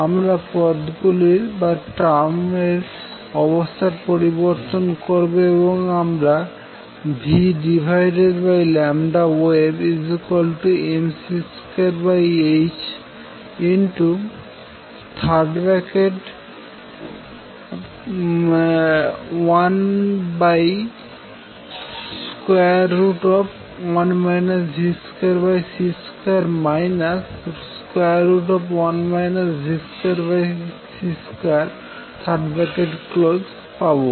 আমরা পদ্গুলির অবস্থার পরিবর্তন করবো এবং আমরা vwave mc2h11 v2c2 1 v2c2পাবো